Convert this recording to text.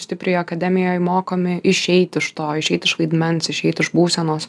stipriai akademijoj mokomi išeit iš to išeit iš vaidmens išeit iš būsenos